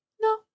No